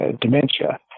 dementia